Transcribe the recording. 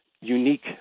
unique